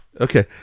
Okay